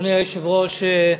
אדוני היושב-ראש,